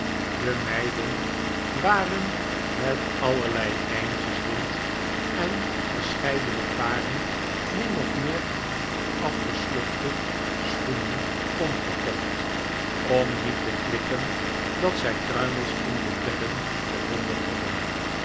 de meiden waren met allerlei eindjes lint en verscheidene paren min of meer afgeslofte schoenen omgekocht omniet te klikken dat zjj kruimels in de bedden gevonden hadden